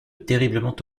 terriblement